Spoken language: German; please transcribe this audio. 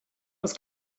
das